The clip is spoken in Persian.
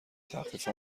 تخفیف